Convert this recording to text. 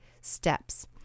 steps